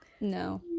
No